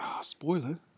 Spoiler